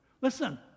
Listen